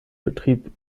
betrieb